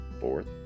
Fourth